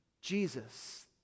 Jesus